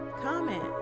comment